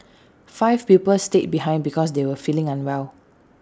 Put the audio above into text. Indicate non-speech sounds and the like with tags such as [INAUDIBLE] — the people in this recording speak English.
[NOISE] five pupils stayed behind because they were feeling unwell